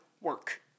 work